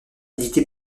édité